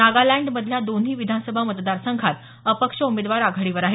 नागालँड मधल्या दोन्ही विधानसभा मतदारसंघात अपक्ष उमेदवार आघाडीवर आहेत